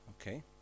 Okay